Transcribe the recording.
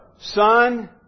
son